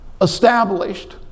established